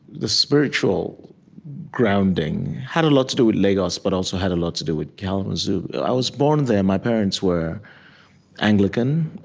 spiritual grounding had a lot to do with lagos, but also had a lot to do with kalamazoo. i was born there. my parents were anglican,